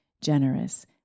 generous